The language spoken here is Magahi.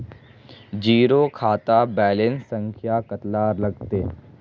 जीरो खाता बैलेंस संख्या कतला लगते?